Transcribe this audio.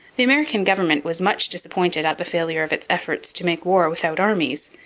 the american government was much disappointed at the failure of its efforts to make war without armies.